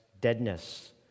deadness